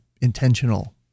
intentional